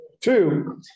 Two